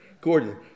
Gordon